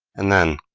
and then,